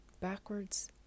backwards